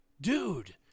dude